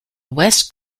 west